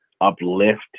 uplift